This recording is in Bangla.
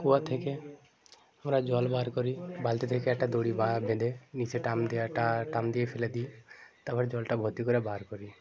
কুয়া থেকে আমরা জল বার করি বালতি থেকে একটা দড়ি বেঁধে নিচে টান দিয়ে একটা টান দিয়ে ফেলে দিই তারপরে জলটা ভর্তি করে বার করি